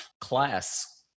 class